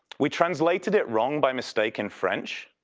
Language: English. we translated it wrong by mistake in french.